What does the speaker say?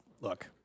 look